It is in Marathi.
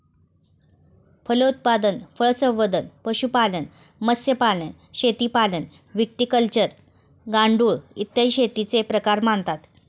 फलोत्पादन, फळसंवर्धन, पशुपालन, मत्स्यपालन, रेशीमपालन, व्हिटिकल्चर, गांडूळ, इत्यादी शेतीचे प्रकार मानतात